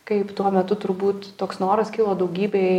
kaip tuo metu turbūt toks noras kilo daugybei